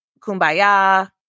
Kumbaya